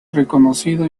reconocido